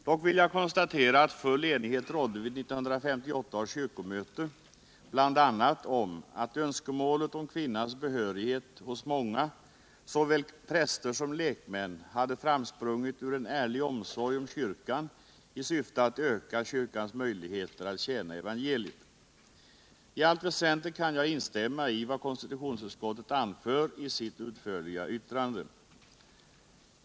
Dock vill jag konstatera att full enighet rådde vid 1958 års kyrkomöte bl.a. om att önskemålet om kvinnas behörighet hos många, Såväl präster som lek män, hade framsprungit ur en ärlig omsorg om kyrkan i syfte att öka kyrkans möjligheter att tjäna evangeliet. ballt väsentligt kan jag instämma i vad konstitutionsutskottet anför i sitt utförliga yttrande.